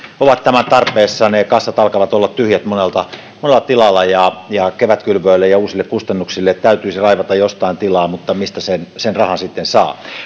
ovat tämän tarpeessa ne kassat alkavat olla tyhjät monella monella tilalla ja ja kevätkylvöille ja uusille kustannuksille täytyisi raivata jostain tilaa mutta mistä sen sen rahan sitten saa